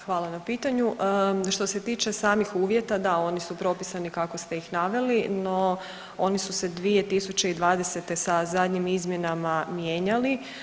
Hvala na pitanju, što se tiče samih uvjeta da oni su propisani kako ste ih naveli, no oni su se 2020. sa zadnjim izmjenama mijenjali.